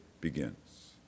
begins